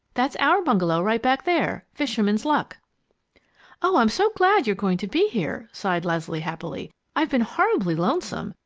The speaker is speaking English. that's our bungalow right back there fisherman's luck oh, i'm so glad you're going to be here! sighed leslie happily. i've been horribly lonesome!